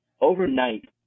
overnight